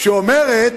שאומרת